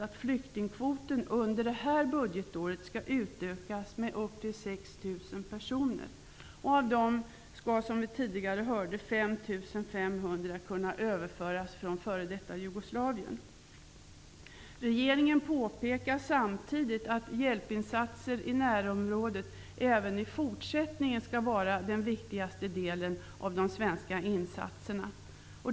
Av dem skall, som vi tidigare hörde, 5 500 kunna överföras från f.d. Jugoslavien. Regeringen påpekar samtidigt att hjälpinsatser i närområdet även i fortsättningen skall vara den viktigaste delen av de svenska insatserna.